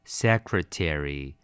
secretary